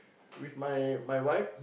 with my my wife